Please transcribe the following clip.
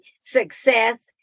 success